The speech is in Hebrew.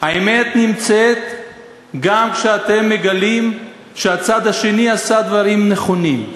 האמת נמצאת גם כשאתם מגלים שהצד השני עשה דברים נכונים.